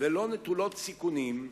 ולא נטולות סיכונים,